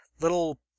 little